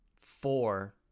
four